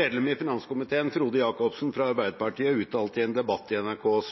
«Medlem i finanskomiteen Frode Jacobsen uttalte i en debatt i NRKs